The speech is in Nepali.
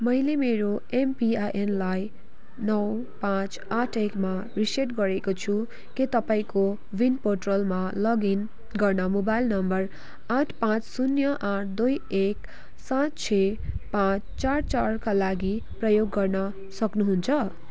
मैले मेरो एम पी आई एनलाई नौ पाँच आठ एकमा रिसेट गरेको छु के तपाईँ कोविन पोर्टलमा लग इन गर्न मोबाइल नम्बर आठ पाँच शून्य आठ दुई एक सात छ पाँच चार चारका लागि प्रयोग गर्न सक्नुहुन्छ